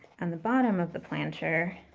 and the bottom of the planter